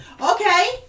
Okay